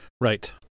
Right